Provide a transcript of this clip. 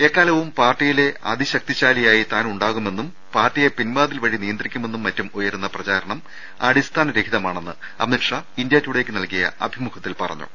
എക്കാലവും പാർട്ടിയിലെ അതിശക്തി ശാലിയായി താൻ ഉണ്ടാകുമെന്നും പാർട്ടിയെ പിൻവാതിൽ വഴി നിയന്ത്രിക്കുമെന്നും മറ്റും ഉയരുന്ന പ്രചാരണം അടിസ്ഥാനം രഹിതമാണെന്ന് അമിത്ഷാ ഇന്ത്യാ ടുഡേക്ക് നൽകിയ അഭിമുഖത്തിൽ പറഞ്ഞു